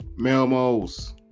Melmos